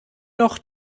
noch